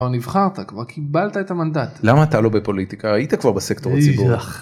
נבחרת כבר קיבלת את המנדט למה אתה לא בפוליטיקה היית כבר בסקטור הציבורי.